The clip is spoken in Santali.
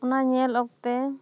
ᱚᱱᱟ ᱧᱮᱞ ᱚᱠᱛᱮ